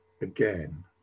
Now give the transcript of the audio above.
again